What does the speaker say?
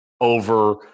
Over